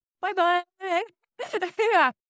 bye-bye